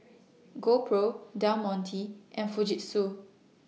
GoPro Del Monte and Fujitsu